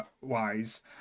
wise